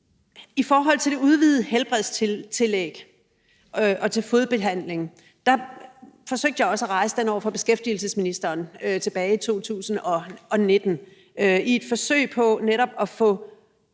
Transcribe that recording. I forhold til det udvidede helbredstillæg og fodbehandling er det noget, jeg også forsøgte at rejse over for beskæftigelsesministeren tilbage i 2019 i et forsøg på netop at få